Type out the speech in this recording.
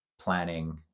planning